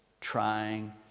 trying